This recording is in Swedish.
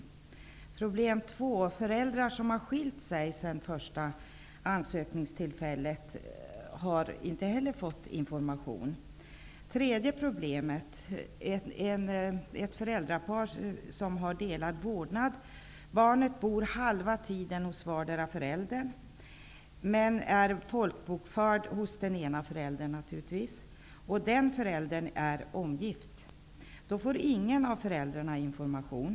Det andra problemet är att föräldrar som har skilt sig sedan första ansökningstillfället inte heller har fått information. Det tredje problemet utgörs av ett föräldrapar som har delad vårdnad. Barnet bor halva tiden hos vardera föräldern, och barnet är naturligtvis folkbokförd hos den ena föräldern. Den ena föräldern är omgift. Då får ingen av föräldrarna någon information.